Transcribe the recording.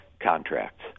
contracts